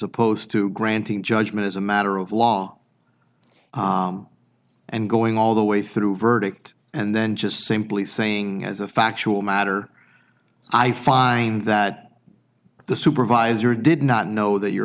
opposed to granting judgment as a matter of law and going all the way through verdict and then just simply saying as a factual matter i find that the supervisor did not know that your